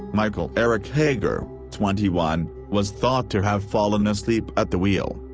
michael eric hager, twenty one, was thought to have fallen asleep at the wheel.